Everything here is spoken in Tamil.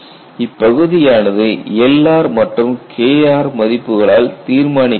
இப்பகுதி ஆனது Lr மற்றும் Kr மதிப்புகளால் தீர்மானிக்கப்படும்